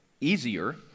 easier